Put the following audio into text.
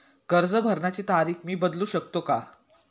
कर्ज भरण्याची तारीख मी बदलू शकतो का?